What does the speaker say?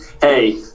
hey